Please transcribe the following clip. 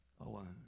alone